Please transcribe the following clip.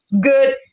good